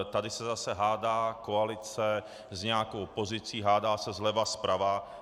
Tady se zase hádá koalice s nějakou opozicí, hádá se zleva, zprava.